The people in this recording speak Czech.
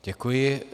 Děkuji.